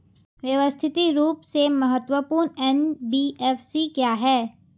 व्यवस्थित रूप से महत्वपूर्ण एन.बी.एफ.सी क्या हैं?